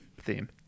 theme